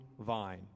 vine